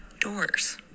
doors